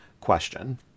question